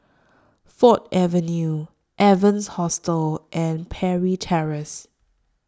Ford Avenue Evans Hostel and Parry Terrace